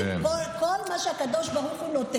זה התפקיד, הוא אמר.